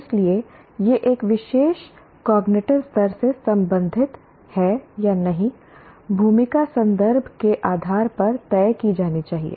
इसलिए यह एक विशेष कॉग्निटिव स्तर से संबंधित है या नहीं भूमिका संदर्भ के आधार पर तय की जानी चाहिए